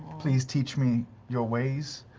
please teach me your ways,